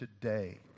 today